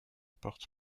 porte